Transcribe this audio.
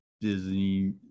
Disney